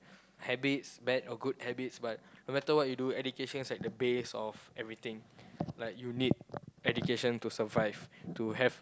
habits bad or good habits but no matter what you do education is like the base of everything like you need education to survive to have